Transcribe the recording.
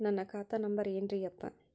ನನ್ನ ಖಾತಾ ನಂಬರ್ ಏನ್ರೀ ಯಪ್ಪಾ?